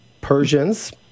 Persians